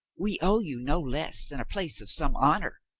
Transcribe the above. we owe you no less than a place of some honor,